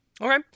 okay